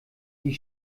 die